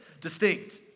distinct